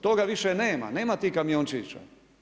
Toga više nema, nema tih kamiončića.